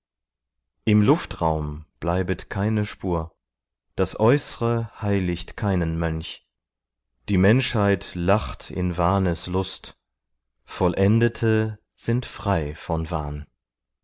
im luftraum bleibet keine spur das äußre heiligt keinen mönch die menschheit lacht in wahnes lust vollendete sind frei von wahn